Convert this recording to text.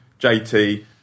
JT